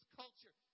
culture